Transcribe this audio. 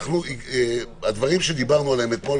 הדברים שדיברנו עליהם אתמול,